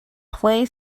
play